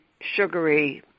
sugary